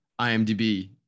imdb